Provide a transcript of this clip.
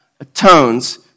atones